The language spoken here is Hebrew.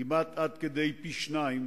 כמעט עד כדי פי-שניים,